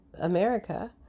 America